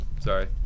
Sorry